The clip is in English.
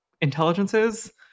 intelligences